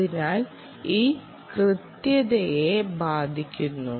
അതിനാൽ ഇത് കൃത്യതയെ ബാധിക്കുന്നു